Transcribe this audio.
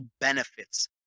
benefits